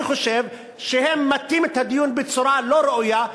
אני חושב שהם מטים את הדיון בצורה לא ראויה,